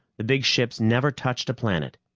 the big ships never touched a planet,